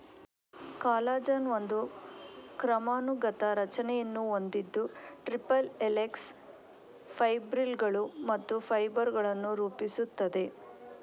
collagen ಒಂದು ಕ್ರಮಾನುಗತ ರಚನೆಯನ್ನು ಹೊಂದಿದ್ದು ಟ್ರಿಪಲ್ ಹೆಲಿಕ್ಸ್, ಫೈಬ್ರಿಲ್ಲುಗಳು ಮತ್ತು ಫೈಬರ್ ಗಳನ್ನು ರೂಪಿಸುತ್ತದೆ